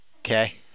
okay